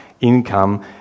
income